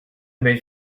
belle